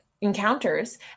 encounters